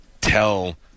tell